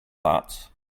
that